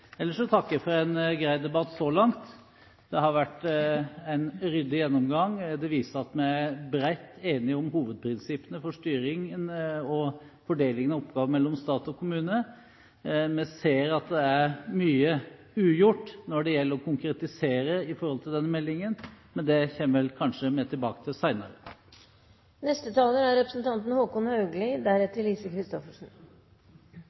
Ellers takker jeg for en grei debatt så langt. Det har vært en ryddig gjennomgang. Det viser at det er bred enighet om hovedprinsippene for styringen og fordelingen av oppgavene mellom stat og kommune. Vi ser at det er mye ugjort når det gjelder å konkretisere i denne meldingen, men det kommer vi kanskje tilbake til senere. Representanten Michael Tetzschner kom med en viktig erkjennelse i sitt innlegg, og det er